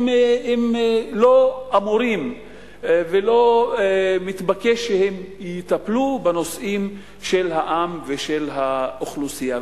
הם לא אמורים ולא מתבקש שהם יטפלו בנושאים של העם ושל האוכלוסייה.